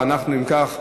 אם כך,